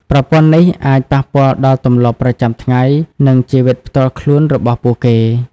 ប្រព័ន្ធនេះអាចប៉ះពាល់ដល់ទម្លាប់ប្រចាំថ្ងៃ និងជីវិតផ្ទាល់ខ្លួនរបស់ពួកគេ។